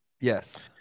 Yes